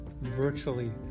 virtually